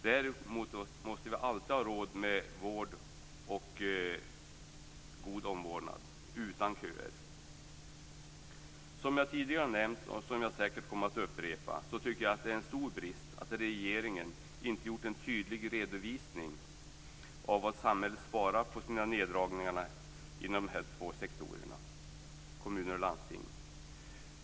Däremot måste vi alltid ha råd med vård och god omsorg utan köer. Som jag tidigare har nämnt, och som jag säkert kommer att upprepa, tycker jag att det är en stor brist att regeringen inte gjort en tydlig redovisning av vad samhället sparat på neddragningarna inom dessa två sektorer - kommuner och landsting.